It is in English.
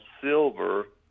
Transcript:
silver